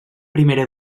primera